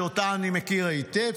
שאותה אני מכיר היטב,